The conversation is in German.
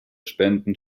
spenden